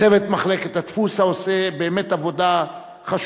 צוות מחלקת הדפוס, העושה, באמת, עבודה חשובה.